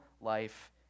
life